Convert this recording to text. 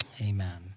amen